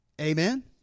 Amen